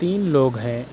تین لوگ ہیں